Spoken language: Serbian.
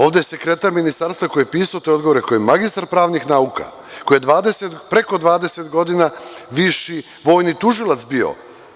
Ovde je sekretar Ministarstva koji je pisao te odgovore, koji je magistar pravnih nauka, koji je preko 20 godina viši vojni tužilac bio.